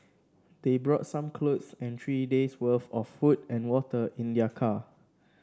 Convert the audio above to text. they brought some clothes and three days worth of food and water in their car